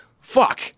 Fuck